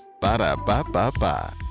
Ba-da-ba-ba-ba